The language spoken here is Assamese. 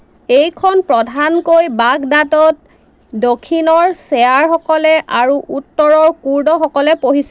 এইখন প্ৰধানকৈ বাগদাদত দক্ষিণৰ শ্বেয়াৰসকলে আৰু উত্তৰৰ কুৰ্দসকলে পঢ়িছিল